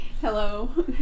Hello